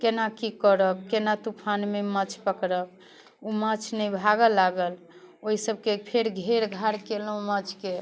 केना की करब केना तूफानमे माछ पकड़ब ओ माछ नहि भागऽ लागल ओहि सबके फेर घेर घार कयलहुँ माछके